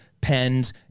pens